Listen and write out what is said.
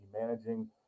managing